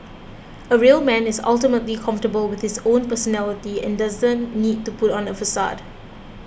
a real man is ultimately comfortable with his own personality and doesn't need to put on a facade